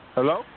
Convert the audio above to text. Hello